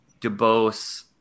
DeBose